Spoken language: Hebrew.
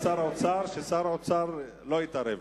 ההסתייגות השנייה של קבוצת סיעת חד"ש לסעיף 2 לא נתקבלה.